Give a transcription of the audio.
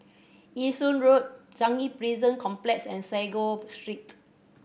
Yishun Ring Road Changi Prison Complex and Sago Street